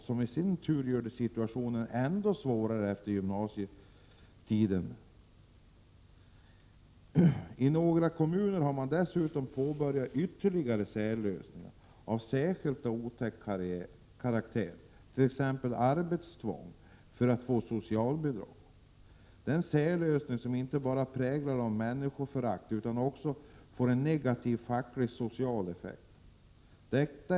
Det gör situationen än svårare för dem efter gymnasietiden. I några kommuner har man dessutom åstadkommit ytterligare särlösningar av särskilt otäck karaktär, t.ex. arbetstvång för att få socialbidrag. Det är en särlösning som inte bara präglas av människoförakt utan som också får negativa fackliga och sociala effekter.